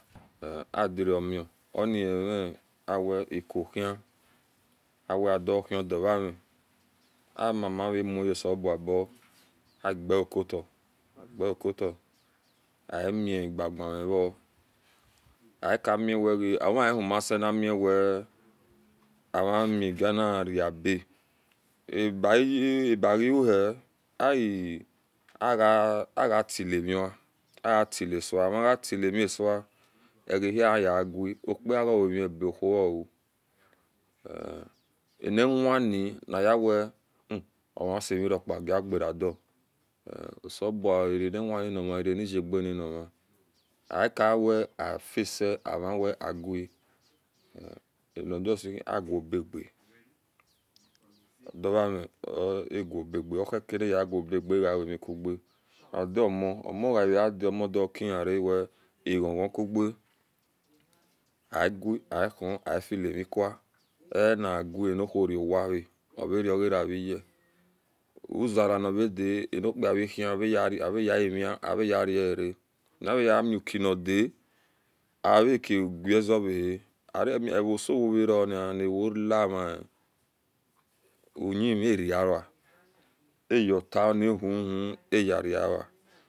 Onize okpi kpa nuvarni ohikuniya tirn rebuda nvan ekokele and akpi kpa owani nino uhoanyea mu okgi paya ge mava bikunro yagave ogalami nan uho higau ogalami nano uho hiu eva ro nahiya minavani oayabu maveharo wa vanidiga owenini obimavahara wa ewgui ohira ehi staro hire agieniwina ogera oufiopa oyake koku kowani okopa opana abo duo veaveni mosti zegio dazehin riauda ortako ngare oni agora onatagera uho ni aro nice yeomioba dahe onshe ogokola fio akua